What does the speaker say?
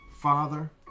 Father